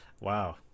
Wow